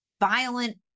violent